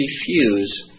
refuse